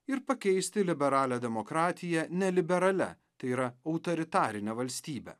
ir pakeisti liberalią demokratiją neliberalia tai yra autoritarine valstybe